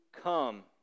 come